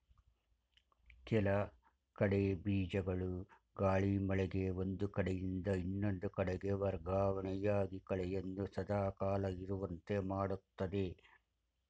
ಕೆಲ ಕಳೆ ಬೀಜಗಳು ಗಾಳಿ, ಮಳೆಗೆ ಒಂದು ಕಡೆಯಿಂದ ಇನ್ನೊಂದು ಕಡೆಗೆ ವರ್ಗವಣೆಯಾಗಿ ಕಳೆಯನ್ನು ಸದಾ ಕಾಲ ಇರುವಂತೆ ಮಾಡುತ್ತದೆ